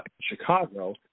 Chicago